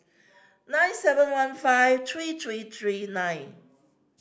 nine seven one five three three three nine